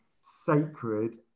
sacred